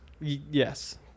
Yes